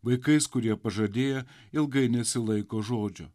vaikais kurie pažadėję ilgai nesilaiko žodžio